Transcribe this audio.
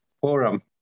forum